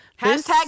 Hashtag